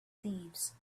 thieves